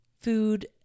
food